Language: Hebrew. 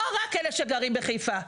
לא רק אלה שגרות בחיפה.